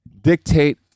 dictate